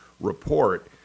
report